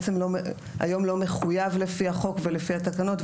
היום זה לא מחויב לפי החוק ולפי התקנות,